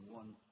one